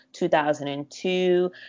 2002